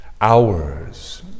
hours